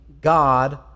God